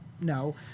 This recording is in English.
No